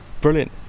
Brilliant